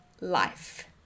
life